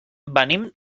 venim